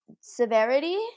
severity